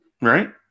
Right